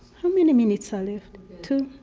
how many minutes are left? two?